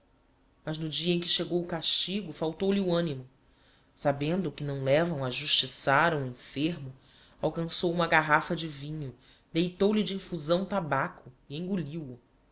mas no dia em que chegou o castigo faltou-lhe o animo sabendo que não levam a justiçar um enfermo alcançou uma garrafa de vinho deitou-lhe de infusão tabaco e enguliu o